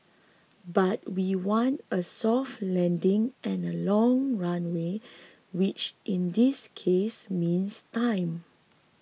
but we want a soft landing and a long runway which in this case means time